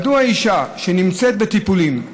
מדוע אישה שנמצאת בטיפולים,